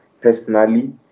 personally